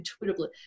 intuitively